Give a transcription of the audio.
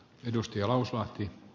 arvoisa puhemies